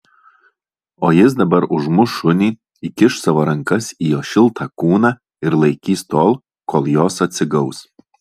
o jis dabar užmuš šunį įkiš savo rankas į jo šiltą kūną ir laikys tol kol jos atsigaus